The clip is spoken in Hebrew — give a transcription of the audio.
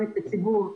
כולל הציבור,